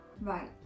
Right